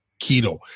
keto